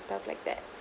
stuff like that